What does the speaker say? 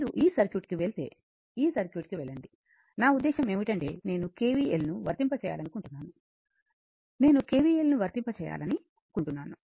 మీరు ఈ సర్క్యూట్కు వెళితే ఈ సర్క్యూట్కు వెళ్లండి నా ఉద్దేశ్యం ఏమిటంటే నేను కెవిఎల్ను వర్తింప చేయాలనుకుంటున్నాను నేను కెవిఎల్ను వర్తింప చేయాలనుకుంటున్నాను